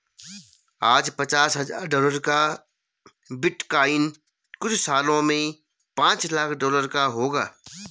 आज पचास हजार डॉलर का बिटकॉइन कुछ सालों में पांच लाख डॉलर का होगा